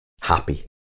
Happy